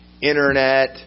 internet